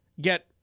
get